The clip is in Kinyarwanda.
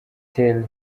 terre